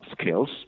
skills